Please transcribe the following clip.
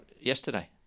yesterday